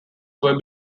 were